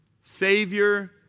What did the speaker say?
Savior